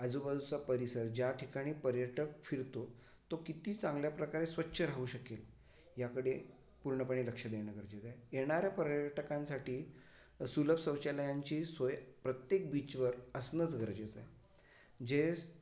आजूबाजूचा परिसर ज्या ठिकाणी पर्यटक फिरतो तो किती चांगल्या प्रकारे स्वच्छ राहू शकेल याकडे पूर्णपणे लक्ष देणं गरजेचं आहे येणाऱ्या पर्यटकांसाठी सुलभ शौचालयांची सोय प्रत्येक बीचवर असणंच गरजेचं आहे जेस